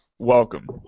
Welcome